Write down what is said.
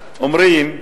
אומרים: